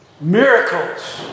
Miracles